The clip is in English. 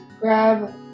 grab